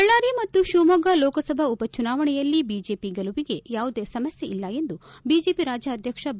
ಬಳ್ಳಾರಿ ಮತ್ತು ಶಿವಮೊಗ್ಗ ಲೋಕಸಭಾ ಉಪ ಚುನಾವಣೆಯಲ್ಲಿ ಬಿಜೆಪಿ ಗೆಲುವಿಗೆ ಯಾವುದೆ ಸಮಸ್ಕೆ ಇಲ್ಲ ಎಂದು ಬಿಜೆಪಿ ರಾಜ್ಯಾಧ್ಯಕ್ಷ ಬಿ